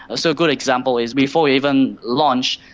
so a good example is before we even launched,